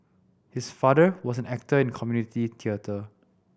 his father was an actor in community theatre